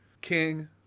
king